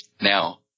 Now